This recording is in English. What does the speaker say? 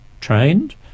trained